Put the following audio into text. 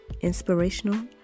Inspirational